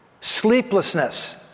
sleeplessness